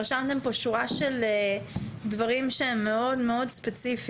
רשמתם פה שורה של דברים שהם מאוד ספציפיים.